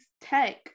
Tech